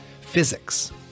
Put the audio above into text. physics